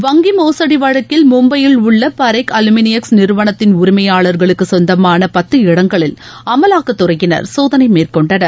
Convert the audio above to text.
வங்கி மோசுடி வழக்கில் மும்பையில் உள்ள பரேக் அலுமினியக்ஸ் நிறுவனத்தின் உரிமையாளர்களுக்கு சொந்தமாள பத்து இடங்களில் அமலாக்கத்துறையினர் சோதனை மேற்கொண்டனர்